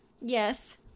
Yes